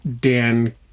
Dan